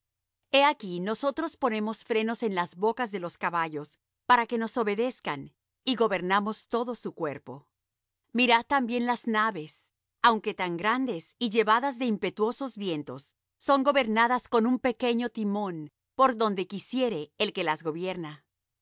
he aquí nosotros ponemos frenos en las bocas de los caballos para que nos obedezcan y gobernamos todo su cuerpo mirad también las naves aunque tan grandes y llevadas de impetuosos vientos son gobernadas con un muy pequeño timón por donde quisiere el que las gobierna